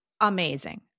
amazing